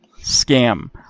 scam